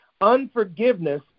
Unforgiveness